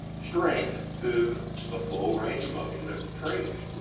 strength through a full range of motion of the training